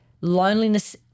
loneliness